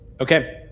Okay